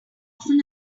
often